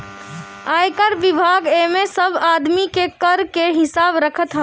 आयकर विभाग एमे सब आदमी के कर के हिसाब रखत हवे